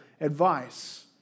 advice